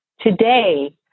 Today